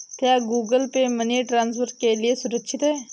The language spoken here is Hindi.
क्या गूगल पे मनी ट्रांसफर के लिए सुरक्षित है?